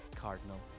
Cardinal